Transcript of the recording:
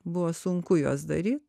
buvo sunku juos daryt